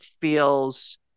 feels